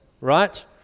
right